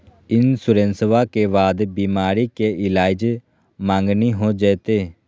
इंसोरेंसबा के बाद बीमारी के ईलाज मांगनी हो जयते?